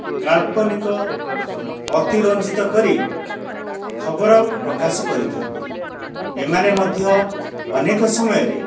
କାଳ୍ପନିକ ଅତିରଞ୍ଜିତ କରି ଖବର ପ୍ରକାଶ କରିଥାନ୍ତି ଏମାନେ ମଧ୍ୟ ଅନେକ ସମୟରେ